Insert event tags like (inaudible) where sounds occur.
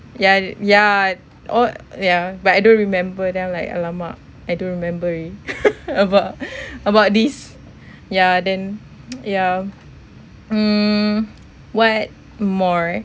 ya y~ ya oh ya but I don't remember them like !alamak! I don't remember alrea~ (laughs) about (breath) about this ya then ya mm what more